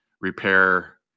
repair